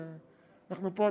אנחנו פה,